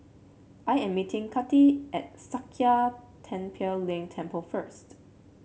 I am meeting Kati at Sakya Tenphel Ling Temple first